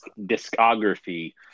discography